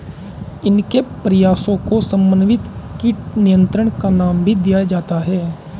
इनके प्रयासों को समन्वित कीट नियंत्रण का नाम भी दिया जाता है